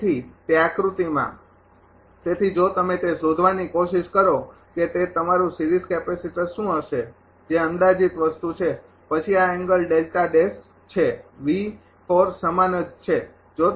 તેથી તે આકૃતિમાં તેથી જો તમે તે શોધવાની કોશિશ કરો કે તે તમારુ સિરીઝ કેપેસિટર શું હશે જે અંદાજિત વસ્તુ છે પછી આ એંગલ છે સમાન જ છે